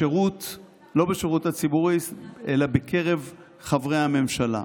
לא בשירות הציבורי אלא בקרב חברי הממשלה.